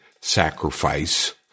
sacrifice